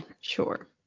sure